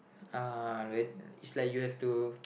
uh red it's like you have to